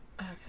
Okay